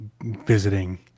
visiting